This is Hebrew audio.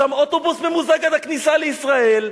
משם אוטובוס ממוזג עד הכניסה לישראל,